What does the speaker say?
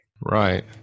right